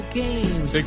games